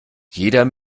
jeder